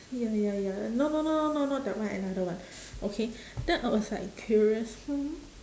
ya ya ya no no no no not that one another one okay then I was like curious hmm